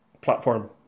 platform